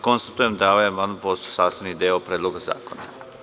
Konstatujem da je ovaj amandman postao sastavni deo Predloga zakona.